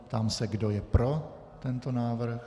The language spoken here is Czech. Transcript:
Ptám se, kdo je pro tento návrh.